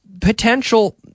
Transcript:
potential